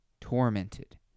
tormented